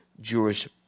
Jewish